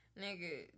nigga